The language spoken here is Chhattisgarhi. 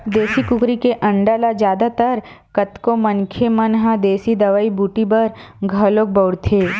देसी कुकरी के अंडा ल जादा तर कतको मनखे मन ह देसी दवई बूटी बर घलोक बउरथे